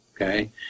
okay